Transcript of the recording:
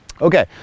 Okay